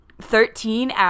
thirteen